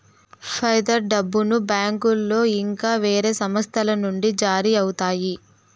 fight డబ్బును బ్యాంకులో ఇంకా వేరే సంస్థల నుండి జారీ అవుతాయి